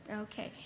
Okay